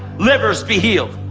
livers, be healed.